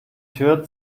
tür